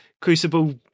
Crucible